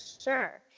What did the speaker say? sure